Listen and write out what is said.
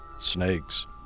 snakes